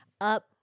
up